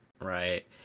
right